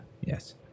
Yes